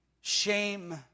shame